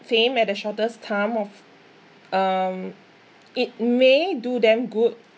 fame at the shortest time of um it may do them good